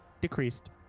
decreased